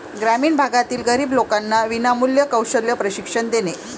ग्रामीण भागातील गरीब लोकांना विनामूल्य कौशल्य प्रशिक्षण देणे